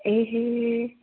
ए हे